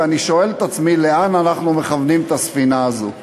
ואני שואל את עצמי לאן אנחנו מכוונים את הספינה הזו.